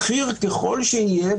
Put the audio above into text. בכיר ככל שיהיה,